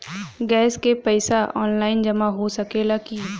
Gas के पइसा online जमा हो सकेला की?